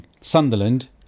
Sunderland